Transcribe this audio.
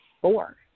four